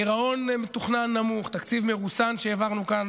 גירעון מתוכנן נמוך, תקציב מרוסן שהעברנו כאן,